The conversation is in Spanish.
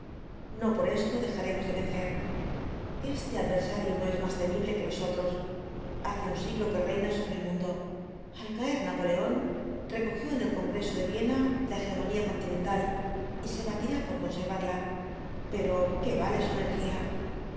no por esto dejaremos de vencer este adversario no es más temible que los otros hace un siglo que reina sobre el mundo al caer napoleón recogió en el congreso de viena la hegemonía continental y se batirá por conservarla pero qué vale su energía